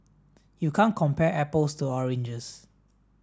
you can't compare apples to oranges